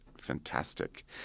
fantastic